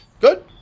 Good